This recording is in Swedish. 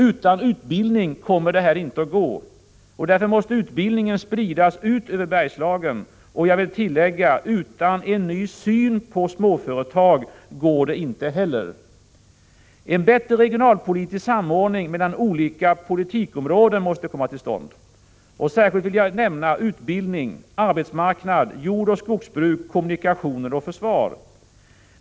Utan utbildning kommer detta inte att gå. Därför måste utbildningen spridas ut över Bergslagen. Och jag vill tillägga: Utan en ny syn på småföretag går det inte heller. En bättre regionalpolitisk samordning mellan olika politikområden måste komma till stånd. Särskilt vill jag nämna utbildning, arbetsmarknad, jordoch skogsbruk, kommunikationer och försvar.